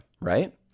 right